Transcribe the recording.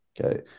okay